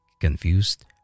confused